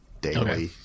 daily